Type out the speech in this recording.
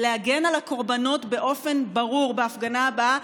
להגן על הקורבנות באופן ברור בהפגנה הבאה.